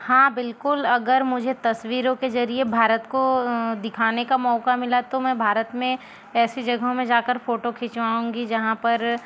हाँ बिल्कुल अगर मुझे तस्वीरों के जरिए भारत को दिखाने का मौका मिला तो मैं भारत में ऐसी जगहों में जाकर फोटो खिंचवाउंगी जहाँ पर